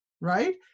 right